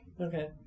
Okay